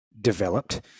developed